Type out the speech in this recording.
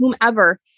whomever